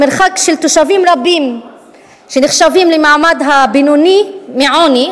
המרחק של תושבים רבים שנחשבים למעמד הבינוני מעוני,